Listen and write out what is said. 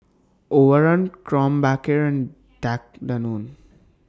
Overrun Krombacher and Danone